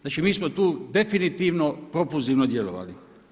Znači mi smo tu definitivno propulzivno djelovali.